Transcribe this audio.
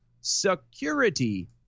security